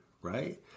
right